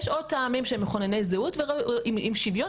יש עוד טעמים שהם מכונני זהות ואם שוויון